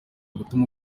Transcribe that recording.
gutuma